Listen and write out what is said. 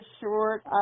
short